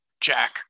Jack